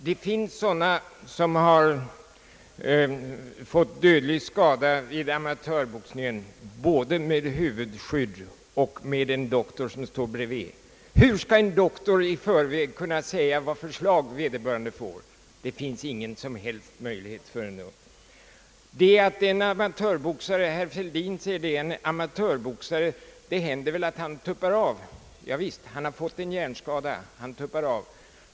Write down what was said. Det finns sådana som har fått dödlig skada vid amatörboxningen både med huvudskydd och med en doktor stående bredvid. Hur skall för övrigt en doktor i förväg kunna säga vad för slag vederbörande boxare får. Det finns ingen som helst möjlighet för en doktor att avgöra det. Herr Fälldin säger att det händer att en amatörboxare tuppar av. Javisst, han har fått en hjärnskada och han tuppar av.